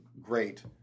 great